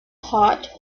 hot